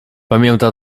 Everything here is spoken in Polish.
pamięta